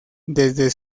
desde